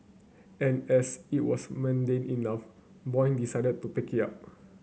and as it was mundane enough Boyd decided to pick it up